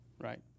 Right